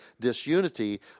disunity